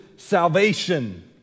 salvation